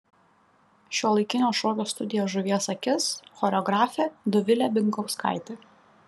šiuolaikinio šokio studija žuvies akis choreografė dovilė binkauskaitė